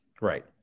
Right